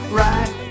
right